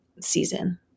season